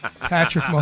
Patrick